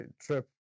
trip